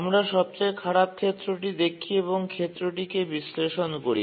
আমরা সবচেয়ে খারাপ ক্ষেত্রটি দেখি এবং ক্ষেত্রটিকে বিশ্লেষণ করি